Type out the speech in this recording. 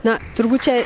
na turbūt čia